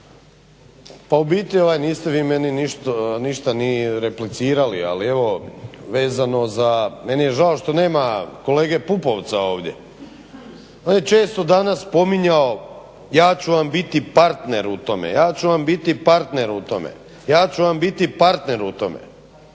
Pa u biti niste vi meni ništa ni replicirali, ali evo vezano za, meni je žao što nema kolege Pupovca ovdje. On je često danas spominjao ja ću vam biti partner u tome, ja ću vam biti partner u tome, ja ću vam biti partner u tome.